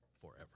forever